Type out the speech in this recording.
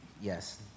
Yes